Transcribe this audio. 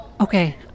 Okay